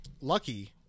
Lucky